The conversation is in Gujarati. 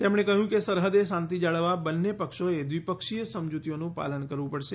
તેમણે કહ્યું કે સરહદે શાંતિ જાળવવા બંન્ને પક્ષો એ દ્રિપક્ષીય સમજૂતીઓનું પાલન કરવું પડશે